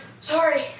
Sorry